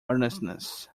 earnestness